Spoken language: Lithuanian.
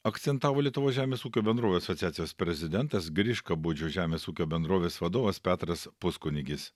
akcentavo lietuvos žemės ūkio bendrovių asociacijos prezidentas griškabūdžio žemės ūkio bendrovės vadovas petras puskunigis